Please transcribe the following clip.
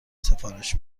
سفارش